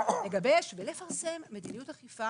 לגבש ולפרסם מדיניות אכיפה